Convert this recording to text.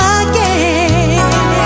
again